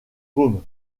paume